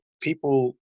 people